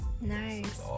Nice